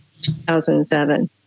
2007